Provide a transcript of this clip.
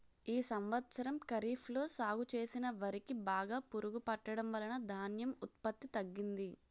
ఈ సంవత్సరం ఖరీఫ్ లో సాగు చేసిన వరి కి బాగా పురుగు పట్టడం వలన ధాన్యం ఉత్పత్తి తగ్గింది